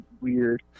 weird